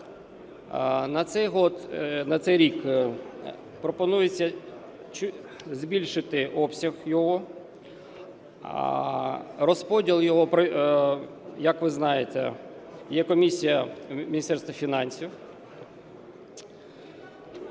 на цей рік пропонується збільшити обсяг його. А розподіл його, як ви знаєте, є комісія Міністерства фінансів,